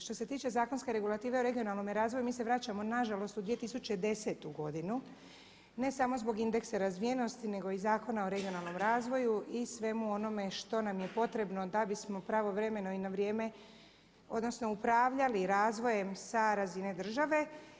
Što se tiče zakonske regulative o regionalnome razvoju mi se vraćamo na žalost u 2010. godinu ne samo zbog indeksa razvijenosti, nego i Zakona o regionalnom razvoju i svemu onome što nam je potrebno da bismo pravovremeno i na vrijeme odnosno upravljali razvojem sa razine države.